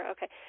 Okay